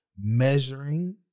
measuring